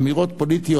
אמירות פוליטיות,